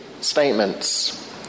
statements